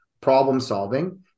problem-solving